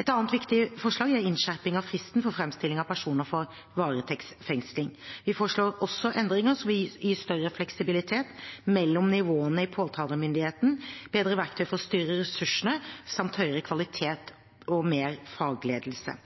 Et annet viktig forslag er innskjerping av fristen for framstilling av personer for varetektsfengsling. Vi foreslår også endringer som vil gi større fleksibilitet mellom nivåene i påtalemyndigheten, bedre verktøy for å styre ressursene samt høyere kvalitet og mer fagledelse.